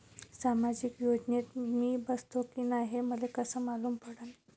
सामाजिक योजनेत मी बसतो की नाय हे मले कस मालूम पडन?